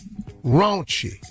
raunchy